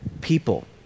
people